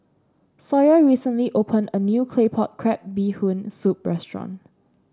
Sawyer recently opened a new Claypot Crab Bee Hoon Soup restaurant